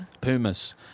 Pumas